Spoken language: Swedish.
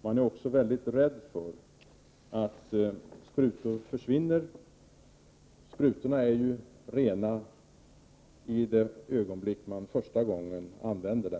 Man är också väldigt rädd för att sprutor skall försvinna. Sprutorna är ju rena bara i det ögonblick de första gången används.